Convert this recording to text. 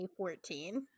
2014